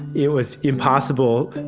it was impossible